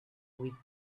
with